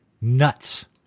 nuts